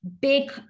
big